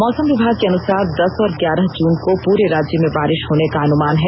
मौसम विभाग के अनुसर दस और ग्यारह जून को पूरे राज्य में बारिष होने का अनुमान है